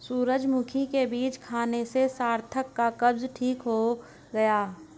सूरजमुखी के बीज खाने से सार्थक का कब्ज ठीक हो गया